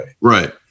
right